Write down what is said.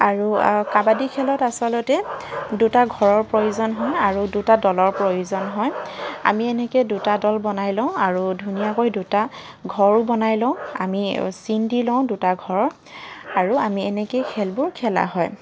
আৰু কাবাদি খেলত আচলতে দুটা ঘৰৰ প্ৰয়োজন হয় আৰু দুটা দলৰ প্ৰয়োজন হয় আমি এনেকৈ দুটা দল বনাই লওঁ আৰু ধুনীয়াকৈ দুটা ঘৰো বনাই লওঁ আমি চিন দি লওঁ দুটা ঘৰৰ আৰু আমি এনেকৈয়ে খেলবোৰ খেলা হয়